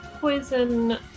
poison